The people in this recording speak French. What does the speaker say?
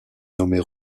nommée